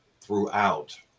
throughout